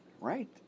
right